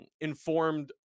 informed